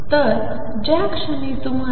तर ज्या क्षणी तुम्हाला